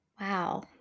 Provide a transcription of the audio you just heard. Wow